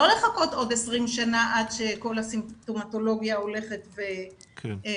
לא לחכות עוד 20 שנה עד שכל הסימפטומתולוגיה הולכת ומחריפה.